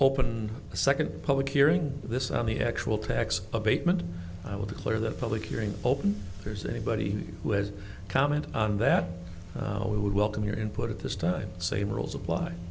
open a second public hearing this on the actual tax abatement i would clear the public hearing open there's anybody who has comment on that we would welcome your input at this time same rules apply